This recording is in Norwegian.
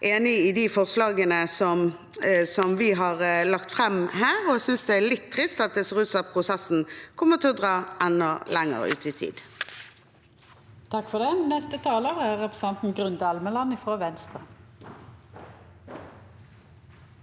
være enige om de forslagene som vi har lagt fram her, og synes det er litt trist at det ser ut som at prosessen kommer til å dra enda lenger ut i tid.